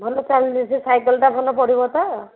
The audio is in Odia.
ଭଲ ଚାଲୁଛି ସେ ସାଇକେଲଟା ଭଲ ପଡ଼ିବ ତ